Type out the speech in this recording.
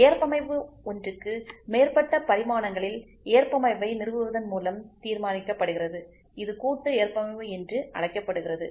ஏற்பமைவு ஒன்றுக்கு மேற்பட்ட பரிமாணங்களில் ஏற்பமைவை நிறுவுவதன் மூலம் தீர்மானிக்கப்படுகிறது இது கூட்டு ஏற்பமைவு என்று அழைக்கப்படுகிறது